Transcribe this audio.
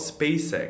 SpaceX